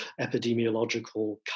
epidemiological